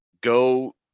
go